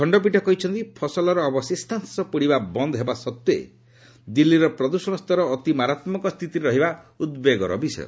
ଖଣ୍ଡପୀଠ କହିଛନ୍ତି ଫସଲର ଅବଶିଷ୍ଟାଂଶ ପୋଡ଼ିବା ବନ୍ଦ୍ ହେବା ସତ୍ତ୍ୱେ ଦିଲ୍ଲୀର ପ୍ରଦୂଷଣ ସ୍ତର ଅତି ମାରାତ୍ମକ ସ୍ଥିତିରେ ରହିବା ଉଦ୍ବେଗର ବିଷୟ